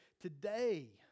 today